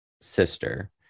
sister